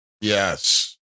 Yes